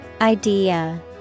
Idea